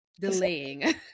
delaying